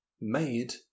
made